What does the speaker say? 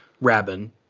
Rabin